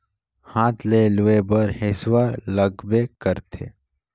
हाथ में लूए बर हेसुवा लगबे करथे